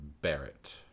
Barrett